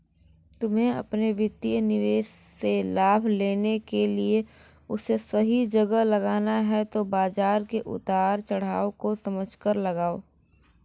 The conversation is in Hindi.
तुम्हे अपने वित्तीय निवेश से लाभ लेने के लिए उसे सही जगह लगाना है तो बाज़ार के उतार चड़ाव को समझकर लगाओ